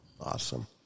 Awesome